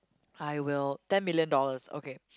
I will ten million dollars okay